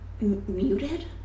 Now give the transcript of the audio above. muted